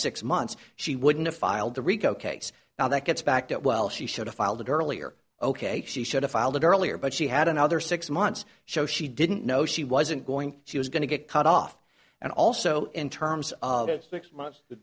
six months she wouldn't have filed the rico case now that gets back that well she should have filed earlier ok she should have filed earlier but she had another six months so she didn't know she wasn't going he was going to get cut off and also in terms of six months to